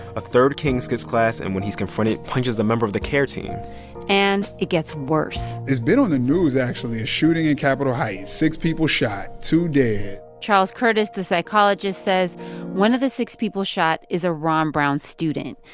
a third king skips class, and when he's confronted, punches a member of the care team and it gets worse it's been on the news, actually, a shooting in capitol heights six people shot, two dead charles curtis, the psychologist, says one of the six people shot is a ron brown student.